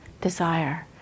desire